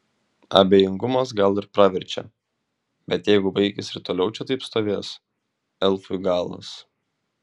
abejingumas gal ir praverčia bet jeigu vaikis ir toliau čia taip stovės elfui galas